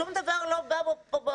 שום דבר לא בא בהפתעה.